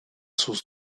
sus